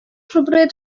rhywbryd